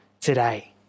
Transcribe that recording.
today